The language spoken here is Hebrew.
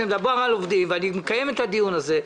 כשמדובר על עובדים ואני מקיים את הדיון הזה,